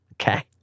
Okay